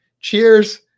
Cheers